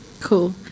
Cool